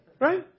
Right